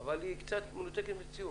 קצת מנותקת מציאות.